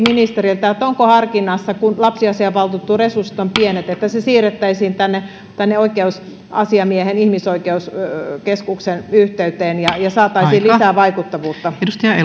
ministeriltä onko harkinnassa kun lapsiasiainvaltuutetun resurssit ovat pienet että se siirrettäisiin tänne tänne oikeusasiamiehen ihmisoikeuskeskuksen yhteyteen ja saataisiin lisää vaikuttavuutta arvoisa